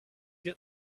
get